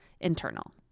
internal